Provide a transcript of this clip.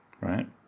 right